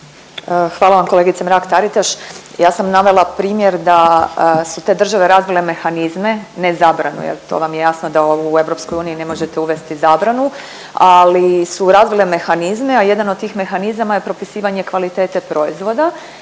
Hvala vam kolegice Mrak-Taritaš. Ja sam navela primjer da su te države razvile mehanizme, ne zabranu jer to vam je jasno da u EU ne možete uvesti zabranu, ali su razvile mehanizme, a jedan od tih mehanizama je propisivanje kvalitete proizvoda